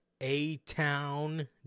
A-Town